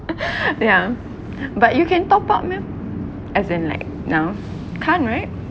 yeah but you can top up meh as in like now can't right